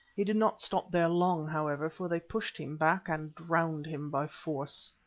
he did not stop there long, however, for they pushed him back and drowned him by force.